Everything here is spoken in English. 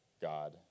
God